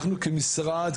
אנחנו כמשרד,